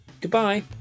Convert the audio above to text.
goodbye